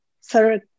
Sir